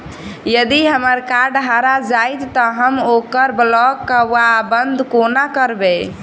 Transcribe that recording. यदि हम्मर कार्ड हरा जाइत तऽ हम ओकरा ब्लॉक वा बंद कोना करेबै?